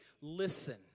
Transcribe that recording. listen